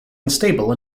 unstable